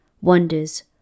wonders